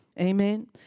Amen